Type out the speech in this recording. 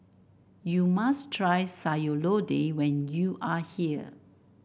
you must try Sayur Lodeh when you are here